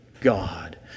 God